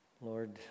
Lord